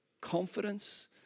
confidence